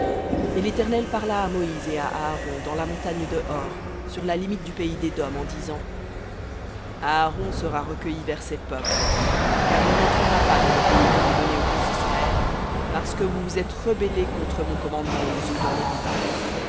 et l'éternel parla à moïse et à aaron dans la montagne de hor sur la limite du pays d'édom en disant aaron sera recueilli vers ses peuples car il n'entrera pas dans le pays que j'ai donné aux fils d'israël parce que vous vous êtes rebellés contre mon commandement aux eaux de meriba